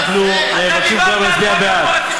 אנחנו מבקשים מכולם להצביע בעד.